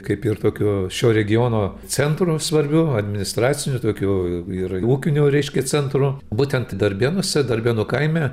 kaip ir tokio šio regiono centru svarbiu administraciniu tokiu ir ir ūkiniu reiškia centru būtent darbėnuose darbėnų kaime